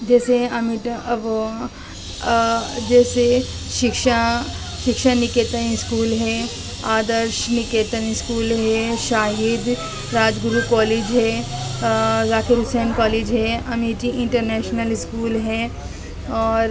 جیسے وہ جیسے شکشا شکشا نکیتن اسکول ہے آدرش نکیتن اسکول ہے شاہد راج گرو کالج ہے ذاکر حسین کالج ہے امیٹھی انٹرنیشنل اسکول ہے اور